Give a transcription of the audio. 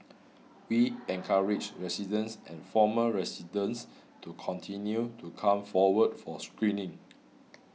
we encourage residents and former residents to continue to come forward for screening